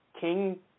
king